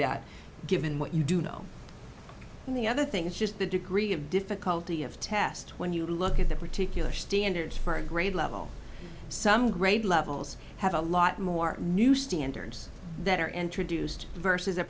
that given what you do know and the other thing is just the degree of difficulty of test when you look at the particular standards for a grade level some grade levels have a lot more new standards that are introduced versus a